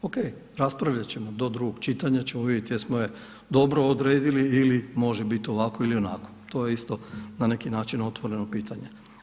OK, raspravljati ćemo do drugog čitanja ćemo vidjeti jesmo je dobro odredili ili može biti ovako, onako, to je isto na neki način otvoreno pitanje.